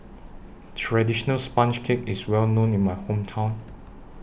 Traditional Sponge Cake IS Well known in My Hometown